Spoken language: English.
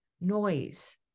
noise